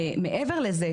ומעבר לזה,